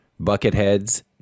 Buckethead's